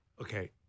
Okay